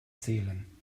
zählen